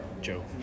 Joe